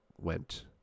went